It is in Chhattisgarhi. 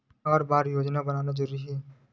हर बार योजना बनाना जरूरी है?